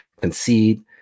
concede